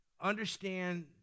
understand